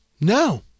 No